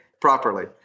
properly